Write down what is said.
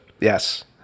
Yes